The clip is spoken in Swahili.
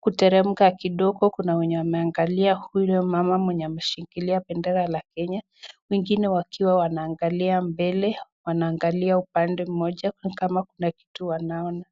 kuteremka kidoka Kuna wenye Wame angalia huyo mama mwenye ameshikilia bendera la Kenya wengine wakiwa Wana angalia mbele Wana angalia upande moja nikama Kuna kutu wanaona.